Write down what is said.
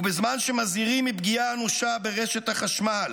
ובזמן שמזהירים מפגיעה אנושה ברשת החשמל